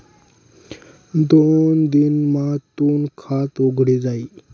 दोन दिन मा तूनं खातं उघडी जाई